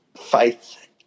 faith